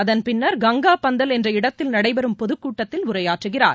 அதன்பின்னர் கங்கா பந்தல் என்ற இடத்தில் நடைபெறும் பொதுக்கூட்டத்தில் உரையாற்றுகிறார்